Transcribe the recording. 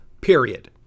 period